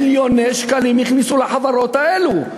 מיליוני שקלים נכנסו לחברות האלה.